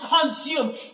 consume